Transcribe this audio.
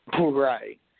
Right